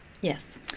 Yes